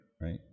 right